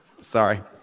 Sorry